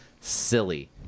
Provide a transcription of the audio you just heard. silly